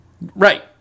Right